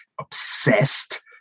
obsessed